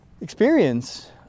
experience